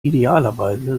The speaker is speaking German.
idealerweise